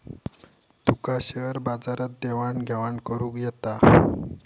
तुका share बाजारात देवाण घेवाण करुक येता?